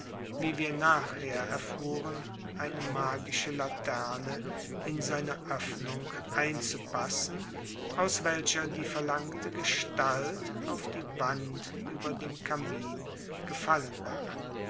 wie wir nachher erfuhren eine magische laterne in seine öffnung einzupassen aus welcher die verlangte gestalt auf die wand über dem kamin gefallen war